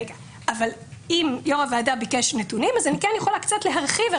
אם יו"ר הוועדה ביקש נתונים אני כן יכולה קצת להרחיב.